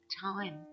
time